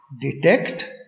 detect